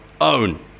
own